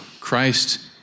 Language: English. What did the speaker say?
Christ